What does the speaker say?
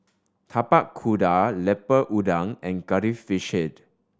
Tapak Kuda Lemper Udang and Curry Fish Head